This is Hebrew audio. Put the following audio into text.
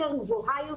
גבוהה,